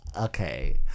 okay